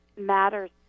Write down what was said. matters